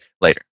later